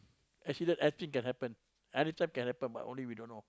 accident anything can happen anytime can happen but only we don't know